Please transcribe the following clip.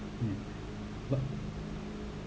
mm but